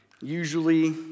usually